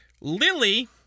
Lily